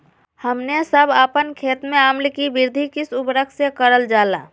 हमने सब अपन खेत में अम्ल कि वृद्धि किस उर्वरक से करलजाला?